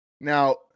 Now